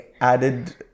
added